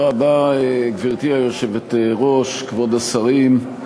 גברתי היושבת-ראש, תודה רבה, כבוד השרים,